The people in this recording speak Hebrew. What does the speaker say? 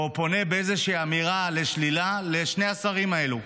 או פונה באיזושהי אמירה לשלילה לשני השרים האלו.